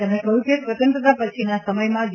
તેમણે કહ્યું કે સ્વતંત્રતા પછીના સમયમાં જી